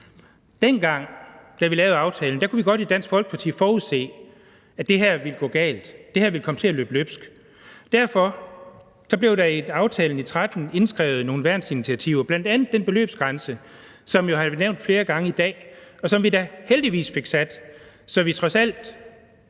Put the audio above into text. dengang da vi lavede aftalen, godt i Dansk Folkeparti forudse, at det her ville gå galt, at det her ville komme til at løbe løbsk. Derfor blev der i aftalen i 2013 indskrevet nogle værnsinitiativer, bl.a. den beløbsgrænse, som jo har været nævnt flere gange i dag, og som vi da heldigvis fik sat, så vi trods alt